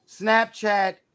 Snapchat